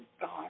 God